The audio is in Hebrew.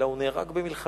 אלא הוא נהרג במלחמה.